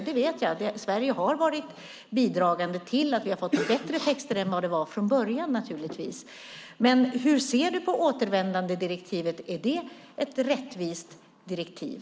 Jag vet att Sverige har varit bidragande till att vi har fått bättre texter än vad det var från början. Hur ser du på återvändandedirektivet? Är det ett rättvist direktiv?